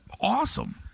awesome